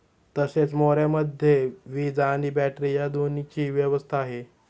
तसेच मोऱ्यामध्ये वीज आणि बॅटरी या दोन्हीची व्यवस्था आहे